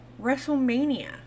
Wrestlemania